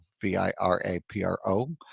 V-I-R-A-P-R-O